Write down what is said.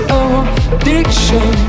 addiction